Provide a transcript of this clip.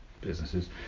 businesses